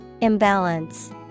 Imbalance